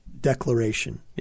declaration